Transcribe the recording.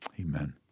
amen